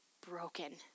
broken